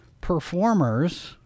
performers